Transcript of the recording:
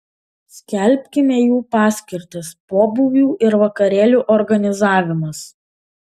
skelbime jų paskirtis pobūvių ir vakarėlių organizavimas